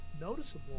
noticeable